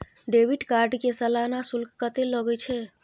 Debit card के सालाना शुल्क कत्ते लगे छै?